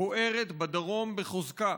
בוערת בדרום בחוזקה